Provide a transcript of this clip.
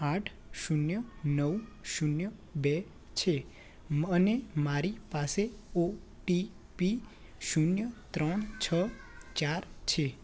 આઠ શૂન્ય નવ શૂન્ય બે છે મ અને મારી પાસે ઓ ટી પી શૂન્ય ત્રણ છ ચાર છે